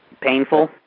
Painful